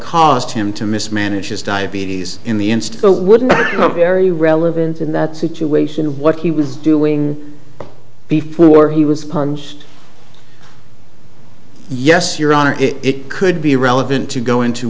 caused him to mismanage his diabetes in the in still wouldn't very relevant in that situation what he was doing before he was punched yes your honor it could be relevant to go into